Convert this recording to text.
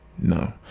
no